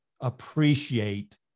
appreciate